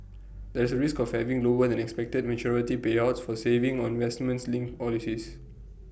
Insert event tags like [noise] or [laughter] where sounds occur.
there is A risk of having lower than expected maturity payouts for savings or investment linked [unintelligible]